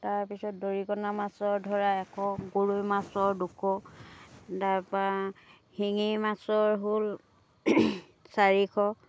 তাৰপিছত দৰিকনা মাছৰ ধৰা এশ গৰৈ মাছৰ দুশ তাৰপৰা শিঙি মাছৰ হ'ল চাৰিশ